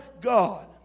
God